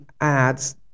adds